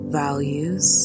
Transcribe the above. values